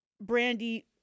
brandy